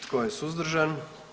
Tko je suzdržan?